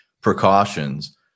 precautions